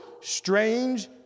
strange